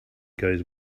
goes